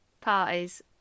parties